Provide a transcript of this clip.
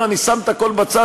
אומר: אני שם את הכול בצד,